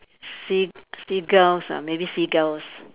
sea seagulls ah maybe seagulls